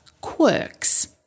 quirks